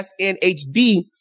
SNHD